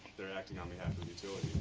they're acting on behalf of the utilities.